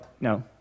no